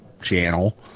channel